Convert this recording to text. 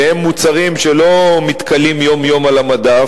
שהם מוצרים שלא מתכלים יום-יום על המדף,